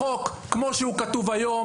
החוק, כמו שהוא כתוב היום